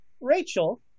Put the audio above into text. Rachel